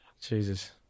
Jesus